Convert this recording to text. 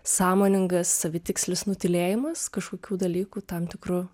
sąmoningas savitikslis nutylėjimas kažkokių dalykų tam tikru